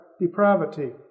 depravity